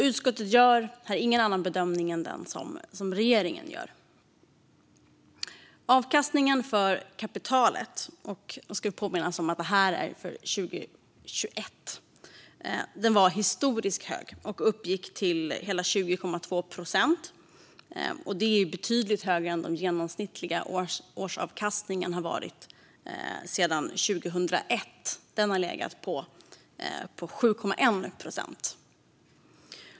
Utskottet gör här ingen annan bedömning än regeringen. Avkastningen för kapitalet - och man ska påminna sig att det handlar om år 2021 - var historiskt hög och uppgick till hela 20,2 procent. Det är betydligt högre än den genomsnittliga årsavkastningen har varit sedan 2001. Den har legat på 7,1 procent.